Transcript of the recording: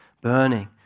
burning